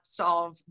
solve